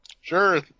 Sure